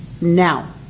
now